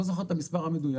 אני לא זוכר את המספר המדוייק,